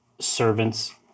Servants